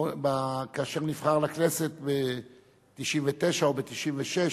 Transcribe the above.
כאשר נבחר לכנסת ב-1999 או ב-1996,